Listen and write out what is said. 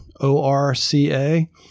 O-R-C-A